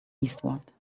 eastward